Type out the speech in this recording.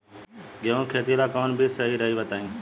गेहूं के खेती ला कोवन बीज सही रही बताई?